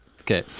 Okay